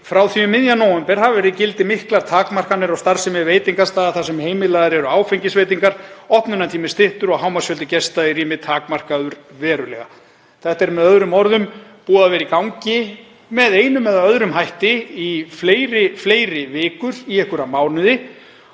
„Frá því um miðjan nóvember sl. hafa verið í gildi miklar takmarkanir á starfsemi veitingastaða þar sem heimilaðar eru áfengisveitingar, opnunartími styttur og hámarksfjöldi gesta í rými takmarkaður verulega.“ Þetta er með öðrum orðum búið að vera í gangi með einum eða öðrum hætti í fleiri fleiri vikur, í einhverja mánuði.